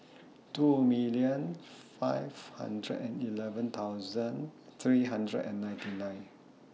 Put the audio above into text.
two million five hundred and eleven thousand three hundred and ninety nine